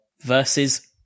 versus